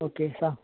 okay सांग